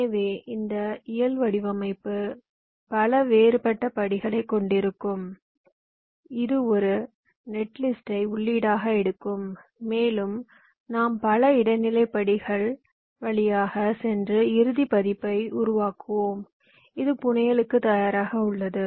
எனவே இந்த இயல் வடிவமைப்பு பல வேறுபட்ட படிகளைக் கொண்டிருக்கும் இது ஒரு நெட்லிஸ்ட்டை உள்ளீடாக எடுக்கும் மேலும் நாம் பல இடைநிலை படிகள் வழியாக சென்று இறுதி பதிப்பை உருவாக்குவோம் இது புனையலுக்கு தயாராக உள்ளது